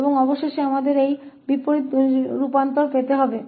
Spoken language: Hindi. और अंत में हमें बस यह इनवर्स ट्रांसफॉर्म प्राप्त करना है